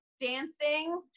dancing